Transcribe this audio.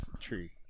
Tree